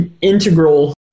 integral